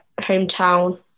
hometown